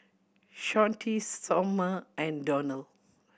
Shawnte Sommer and Donald